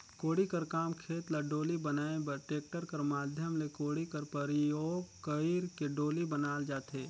कोड़ी कर काम खेत ल डोली बनाए बर टेक्टर कर माध्यम ले कोड़ी कर परियोग कइर के डोली बनाल जाथे